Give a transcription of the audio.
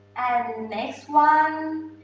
and next one,